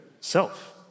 self